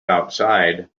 outside